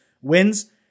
wins